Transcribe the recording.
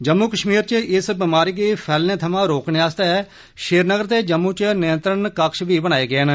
जम्मू कश्मीर च इस बिमारी गी फैलने थवां रोकने तांई श्रीनगर ते जम्मू च नियंत्रण कक्ष बनाए गे न